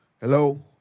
Hello